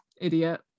idiot